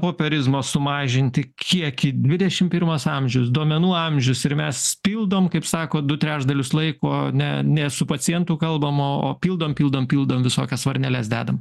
popierizmo sumažinti kiekį dvidešim pirmas amžius duomenų amžius ir mes pildom kaip sako du trečdalius laiko ne ne su pacientu kalbam o o pildom pildom pildom visokias varneles dedam